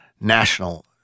national